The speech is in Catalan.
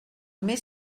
més